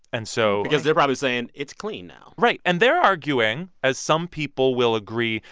and so. because they're probably saying, it's clean now right, and they're arguing, as some people will agree,